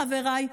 חבריי,